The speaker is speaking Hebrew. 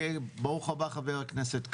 ברוך הבא חבר הכנסת קרעי.